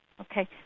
Okay